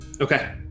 Okay